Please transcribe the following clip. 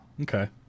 Okay